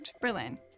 Berlin